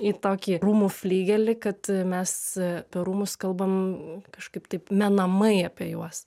į tokį rūmų fligelį kad mes apie rūmus kalbam kažkaip taip menamai apie juos